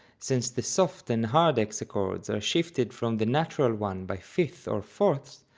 since the soft and hard hexachords are shifted from the natural one by fifths or fourths,